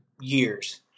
years